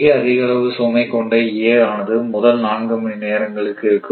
மிக அதிக அளவு சுமை கொண்ட A ஆனது முதல் 4 மணி நேரங்களுக்கு இருக்கும்